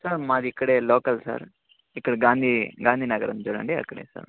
sir మాదిక్కడే local sir ఇక్కడ గాంధీ గాంధీ నగర ఉంది చూడండి అక్కడే సార్